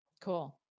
cool